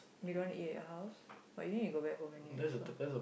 don't want to eat at your house but you need to go back home anyway so